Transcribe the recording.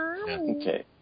Okay